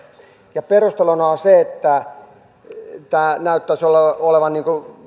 ja perusteluna on se että tämä näyttäisi olevan